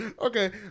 Okay